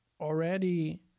already